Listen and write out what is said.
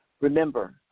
Remember